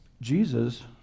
Jesus